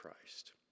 Christ